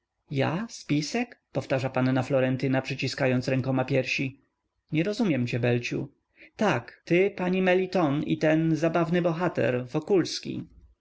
ja spisek powtarza panna florentyna przyciskając rękoma piersi nie rozumiem cię belu tak ty pani meliton i ten zabawny bohater wokulski